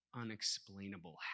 unexplainable